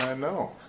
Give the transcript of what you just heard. um know.